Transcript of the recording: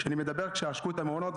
כשאני מדבר שעשקו את המעונות,